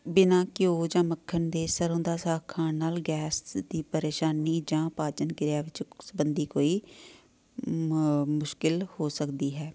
ਬਿਨਾਂ ਘਿਓ ਜਾਂ ਮੱਖਣ ਦੇ ਸਰੋਂ ਦਾ ਸਾਗ ਖਾਣ ਨਾਲ ਗੈਸ ਦੀ ਪਰੇਸ਼ਾਨੀ ਜਾਂ ਪਾਚਨ ਕਿਰਿਆ ਵਿੱਚ ਸਬੰਧੀ ਕੋਈ ਮ ਮੁਸ਼ਕਿਲ ਹੋ ਸਕਦੀ ਹੈ